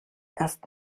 erst